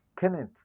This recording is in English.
Kenneth